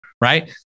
right